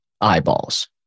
eyeballs